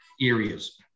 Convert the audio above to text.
areas